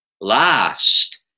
Last